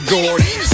Gordy